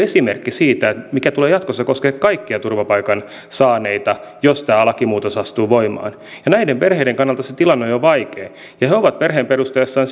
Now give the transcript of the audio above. esimerkki siitä mikä tulee jatkossa koskemaan kaikkia turvapaikan saaneita jos tämä lakimuutos astuu voimaan näiden perheiden kannalta se tilanne on jo vaikea ja he ovat perheen perustaessaan